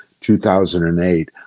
2008